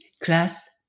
class